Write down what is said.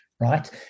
right